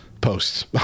posts